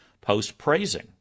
post-praising